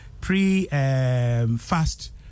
pre-fast